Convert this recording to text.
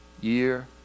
year